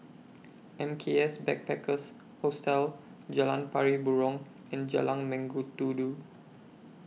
M K S Backpackers Hostel Jalan Pari Burong and Jalan Mengkudu Du